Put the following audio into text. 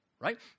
right